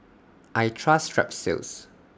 I Trust Strepsils